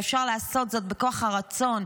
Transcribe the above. ואפשר לעשות זאת בכוח הרצון,